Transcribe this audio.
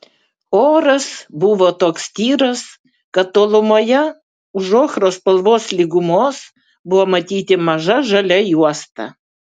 oras buvo toks tyras kad tolumoje už ochros spalvos lygumos buvo matyti maža žalia juosta